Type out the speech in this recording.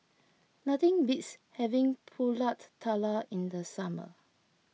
nothing beats having Pulut Tatal in the summer